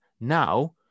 Now